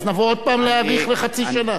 אז נבוא עוד הפעם להאריך בחצי שנה?